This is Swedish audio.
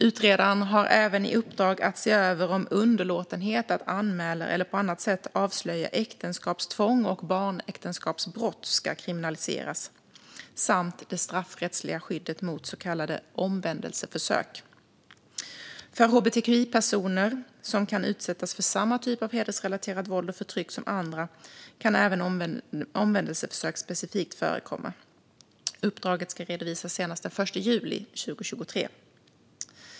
Utredaren har även i uppdrag att se över om underlåtenhet att anmäla eller på annat sätt avslöja äktenskapstvång och barnäktenskapsbrott ska kriminaliseras samt se över det straffrättsliga skyddet mot så kallade omvändelseförsök. För hbtqi-personer, som kan utsättas för samma typ av hedersrelaterat våld och förtryck som andra, kan även specifikt omvändelseförsök förekomma. Uppdraget ska redovisas senast den 1 juli 2023.